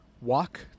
walk